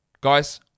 Guys